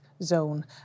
zone